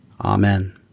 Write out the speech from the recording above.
Amen